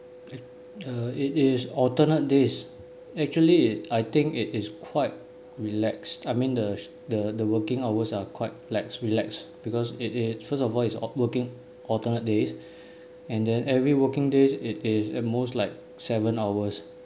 uh it is alternate days actually I think it is quite relaxed I mean the the the working hours are quite lax relax because it it first of all it it's working alternate days and then every working days it is at most like seven hours